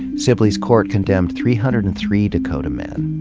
sibley's court condemned three hundred and three dakota men.